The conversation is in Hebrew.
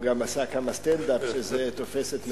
הוא גם עשה סטנד-אפ, שזה תופס את מקומי,